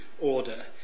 order